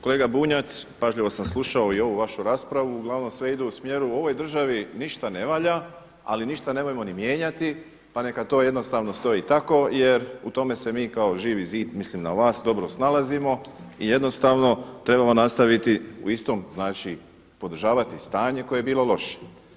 Kolega Bunjac, pažljivo sam slušao i ovu vašu raspravu, uglavnom sve ide u smjeru u ovoj državi ništa ne valja ali ništa nemojmo ni mijenjati pa neka to jednostavno stoji tako jer u tome se mi kao Živi zid, mislim na vas, dobro snalazimo i jednostavno trebamo nastaviti u istom, znači podržavati staje koje je bilo loše.